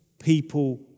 people